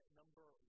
number